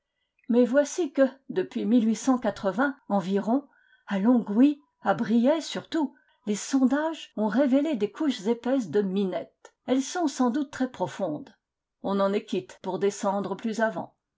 mais voici que depuis environ à longwy à briey surtout les sondages ont révélé des couches épaisses de minette elles sont sans doute très profondes on en est quitte pour descendre plus avant